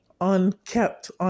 unkept